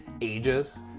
ages